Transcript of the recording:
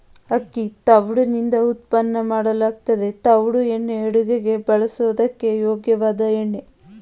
ಅಕ್ಕಿ ತವುಡುನಿಂದ ಉತ್ಪನ್ನ ಮಾಡಲಾಗ್ತದೆ ತವುಡು ಎಣ್ಣೆ ಅಡುಗೆಗೆ ಬಳಸೋದಕ್ಕೆ ಯೋಗ್ಯವಾದ ಎಣ್ಣೆ